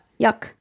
Yuck